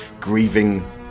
grieving